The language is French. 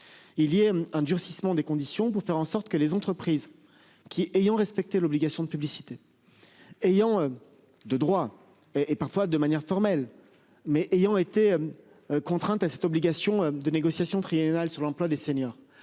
Il y a un durcissement des conditions pour faire en sorte que les entreprises qui ayant respecté l'obligation de publicité. Ayant. De droit et et parfois de manière formelle mais ayant été. Contrainte à cette obligation de négociation triennale sur l'emploi des seniors